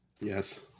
Yes